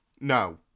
no